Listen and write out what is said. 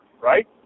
right